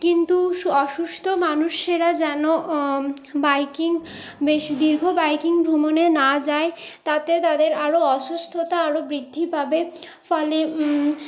কিন্তু অসুস্থ মানুষেরা যেন বাইকিং বেশি দীর্ঘ বাইকিং ভ্রমণে না যায় তাতে তাদের আরও অসুস্থতা আরও বৃদ্ধি পাবে ফলে